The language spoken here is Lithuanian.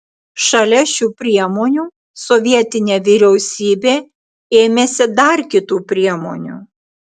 šalia šių priemonių sovietinė vyriausybė ėmėsi dar kitų priemonių